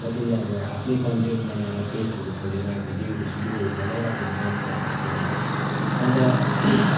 कतिले अब आफ्नै कन्टेन्ट बनाएर पेजहरू खोलेर भिडियोहरू सिडियोहरू बनाइरहेको हुन्छ टाइमपासको लागि अन्त